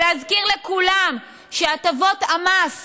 ולהזכיר לכולם שהטבות המס